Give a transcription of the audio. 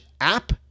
app